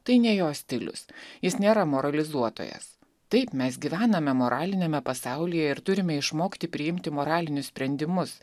tai ne jo stilius jis nėra moralizuotojas taip mes gyvename moraliniame pasaulyje ir turime išmokti priimti moralinius sprendimus